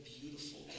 beautiful